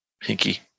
pinky